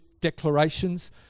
declarations